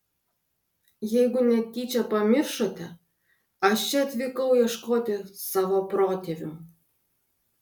jeigu netyčia pamiršote aš čia atvykau ieškoti savo protėvių